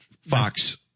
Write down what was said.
Fox